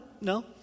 no